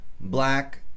black